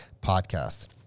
podcast